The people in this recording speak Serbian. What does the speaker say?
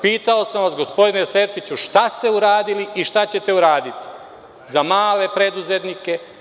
Pitao sam vas gospodine Sertiću, šta ste uradili i šta ćete uraditi za male preduzetnike?